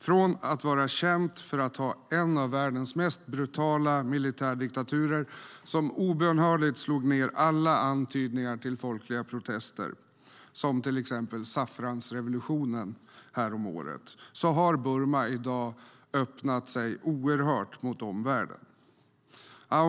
Från att vara känt för att ha en av världens mest brutala militärdiktaturer, som obönhörligt slog ned alla antydningar till folkliga protester, som till exempel saffransrevolutionen häromåret, har Burma i dag öppnat sig oerhört mot omvärlden.